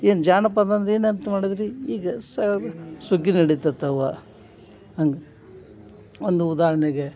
ಏನು ಜಾನಪದ ಅಂದ್ರೆ ಏನಂತ ಮಾಡಿದ್ರಿ ಈಗ ಸುಗ್ಗಿ ನಡೀತರ್ತಾವೆ ಹಂಗೆ ಒಂದು ಉದಾಹರಣೆಗೆ